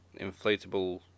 inflatable